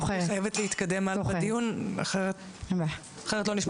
אני חייבת להתקדם בדיון, אחרת לא נשמע תשובות.